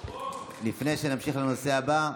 לפני שנמשיך לנושא הבא,